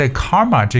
karma